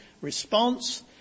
response